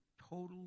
total